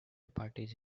parties